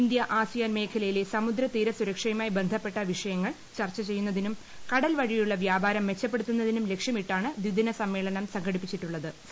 India ASEAN മേഖലയിലെ സമുദ്ര തീര സുരക്ഷയുമായി ബന്ധപ്പെട്ട വിഷയങ്ങൾ ചർച്ച ചെയ്യുന്നതിനുംകടൽ വഴിയുളള വ്യാപാരം മെച്ചപ്പെടുത്തുന്നതിനും ലക്ഷ്യമിട്ടാണ് ദ്വിദിന സമ്മേളനം സംഘടിപ്പിച്ചിരിക്കുന്നത്